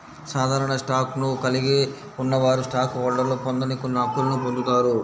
సాధారణ స్టాక్ను కలిగి ఉన్నవారు స్టాక్ హోల్డర్లు పొందని కొన్ని హక్కులను పొందుతారు